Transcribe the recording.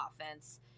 offense